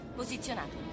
posizionato